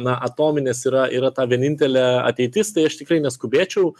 na atominės yra yra ta vienintelė ateitis tai aš tikrai neskubėčiau